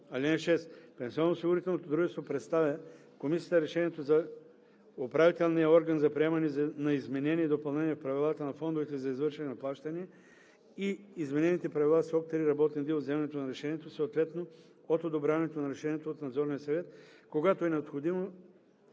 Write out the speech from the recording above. Пенсионноосигурителното дружество представя в комисията решението за управителния орган за приемане на изменения и допълнения в правилата на фондовете за извършване на плащания и изменените правила в срок три работни дни от вземане на решението, съответно от одобряването на решението от надзорния съвет, когато е необходимо